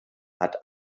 hat